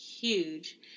huge